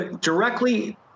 directly